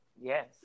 Yes